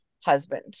husband